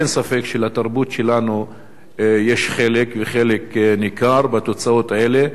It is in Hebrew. אין ספק שלתרבות שלנו יש חלק וחלק ניכר בתוצאות האלה.